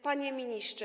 Panie Ministrze!